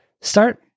Start